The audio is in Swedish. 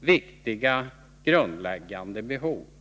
viktiga grundläggande behov.